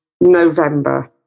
November